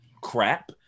crap